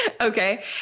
okay